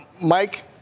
Mike